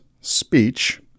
speech